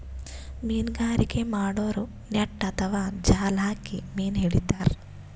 ಮೀನ್ಗಾರಿಕೆ ಮಾಡೋರು ನೆಟ್ಟ್ ಅಥವಾ ಜಾಲ್ ಹಾಕಿ ಮೀನ್ ಹಿಡಿತಾರ್